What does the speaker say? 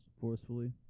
forcefully